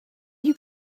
you